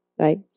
Right